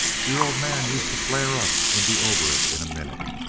your old man used to flare up and be over it in a minute.